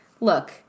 look